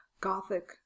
Gothic